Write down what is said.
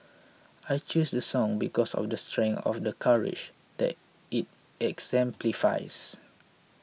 I chose the song because of the strength of the courage that it exemplifies